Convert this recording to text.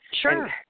Sure